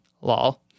Lol